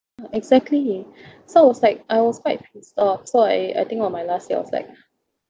exactly so I was like I was quite pissed off so I I think on my last day I was like